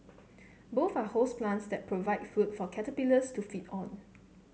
both are host plants that provide food for caterpillars to feed on